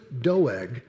Doeg